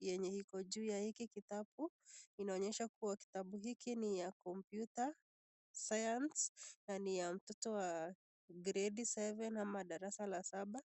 yenye iko juu ya hiki kitabu, inaonyesha kuwa kitabu hiki ni ya (cs)computer, science(cs), na ni ya mtoto wa gredi (cs)seven(cs), ama darasa la saba.